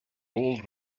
old